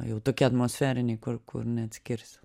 jau tokie atmosferiniai kur kur neatskirsi